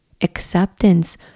Acceptance